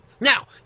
Now